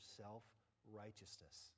self-righteousness